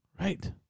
Right